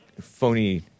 phony